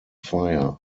fire